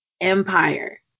empire